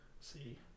See